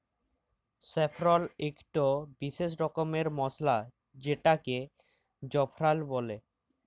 saffron ইকট বিসেস রকমের মসলা যেটাকে জাফরাল বল্যে